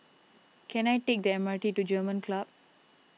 can I take the M R T to German Club